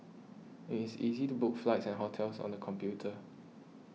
it is easy to book flights and hotels on the computer